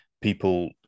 people